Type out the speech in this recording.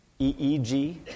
EEG